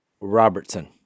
Robertson